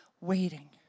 waiting